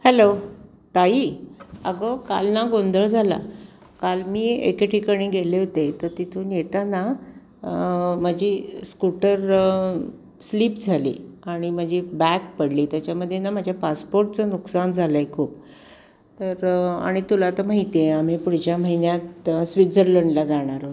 hello ताई अगं काल ना गोंधळ झाला काल मी एके ठिकाणी गेले होते तर तिथून येताना माझी स्कूटर स्लिप झाली आणि माझी बॅग पडली त्याच्यामध्ये ना माझ्या पासपोर्टचं नुकसान झालं आहे खूप तर आणि तुला तर माहिती आहे आम्ही पुढच्या महिन्यात स्विडझरलँडला जाणार आहोत